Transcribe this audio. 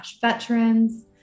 veterans